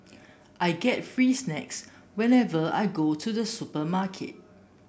I get free snacks whenever I go to the supermarket